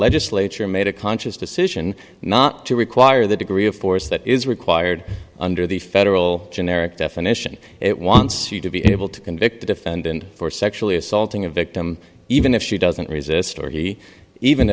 legislature made a conscious decision not to require the degree of force that is required under the federal generic definition it wants you to be able to convict the defendant for sexually assaulting a victim even if she doesn't resist or he even